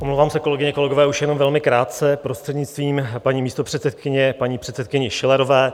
Omlouvám se, kolegyně, kolegové, už jenom velmi krátce, prostřednictvím paní místopředsedkyně, k paní předsedkyni Schillerové.